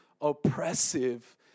oppressive